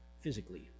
physically